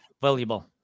valuable